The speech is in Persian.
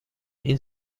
این